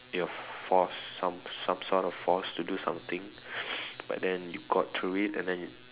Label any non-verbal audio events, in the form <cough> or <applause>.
your force some some sort of force to do something <noise> but then you got through it and then